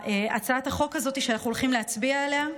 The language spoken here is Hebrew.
מהצעת החוק הזאת שאנחנו הולכים להצביע עליה.